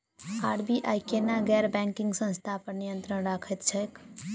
RBI केना गैर banking संस्था पर नियत्रंण राखैत छैक?